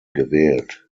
gewählt